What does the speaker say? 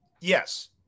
Yes